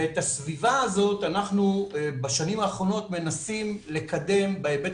ואת הסביבה הזאת אנחנו בשנים האחרונות מנסים לקדם בהיבט